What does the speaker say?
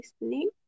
listening